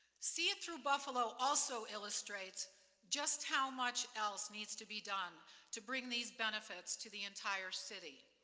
see it through buffalo also illustrates just how much else needs to be done to bring these benefits to the entire city.